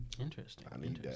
interesting